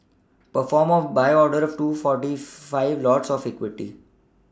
perform a buy order of two forty five lots of equity